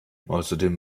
außerdem